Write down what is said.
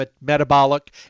metabolic